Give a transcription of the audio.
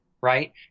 right